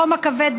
בחום הכבד,